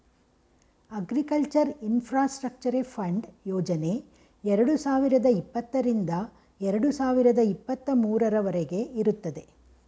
agriculture infrastructure fund ಯೋಜನೆ ಎರಡು ಸಾವಿರದ ಇಪ್ಪತ್ತರಿಂದ ಎರಡು ಸಾವಿರದ ಇಪ್ಪತ್ತ ಮೂರವರಗೆ ಇರುತ್ತದೆ